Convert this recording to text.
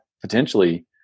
potentially